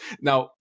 Now